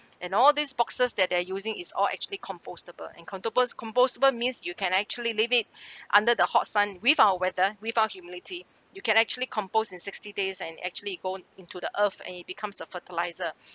and all these boxes that they're using is all actually compostable and contables~ compostable means you can actually leave it under the hot sun with our weather with our humidity you can actually composes in sixty days and actually it gone into the earth and it becomes a fertiliser